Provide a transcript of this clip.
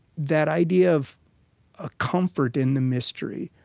that idea of a comfort in the mystery,